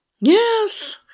Yes